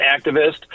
activist